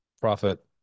profit